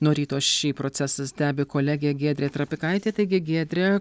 nuo ryto šį procesą stebi kolegė giedrė trapikaitė teigi giedre